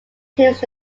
teams